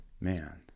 Man